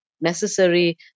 necessary